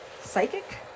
Psychic